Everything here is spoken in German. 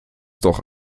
doch